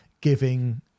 giving